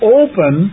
open